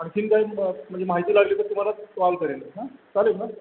आणखीन काही म्हणजे माहिती लागली तर तुम्हाला कॉल करेल हां चालेल ना